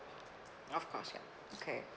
of course yup okay